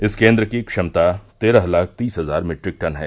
इस केन्द्र की क्षमता तेरह लाख तीस हजार मीट्रिक टन है